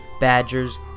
badgers